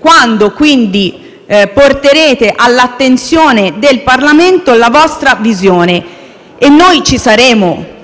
Quando porterete all'attenzione del Parlamento la vostra visione? Noi ci saremo